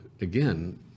again